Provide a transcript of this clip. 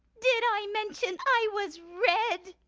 did i mention i was red?